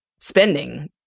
spending